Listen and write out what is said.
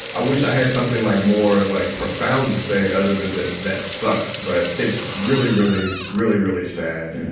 i wish i had something like more like profound to say other than that. that sucks. but it's really, really, really, really sad.